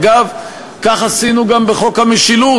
אגב, כך עשינו גם בחוק המשילות.